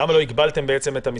למה לא הגבלתם את המספר?